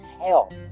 hell